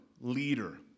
leader